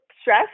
stress